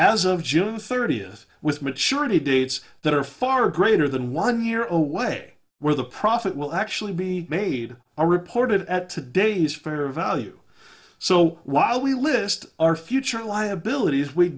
as of june thirtieth with maturity dates that are far greater than one year old way where the profit will actually be made or reported at today's paper of value so while we list our future liabilities we